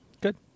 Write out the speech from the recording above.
Good